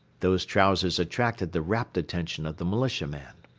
those trousers attracted the rapt attention of the militiaman.